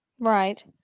Right